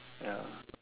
ya